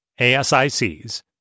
ASICs